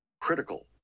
critical